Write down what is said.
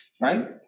right